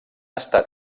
estat